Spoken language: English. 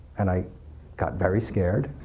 and i got very scared,